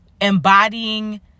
embodying